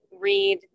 read